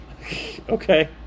Okay